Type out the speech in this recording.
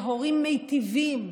להורים מיטיבים,